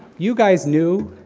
you guys knew,